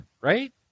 Right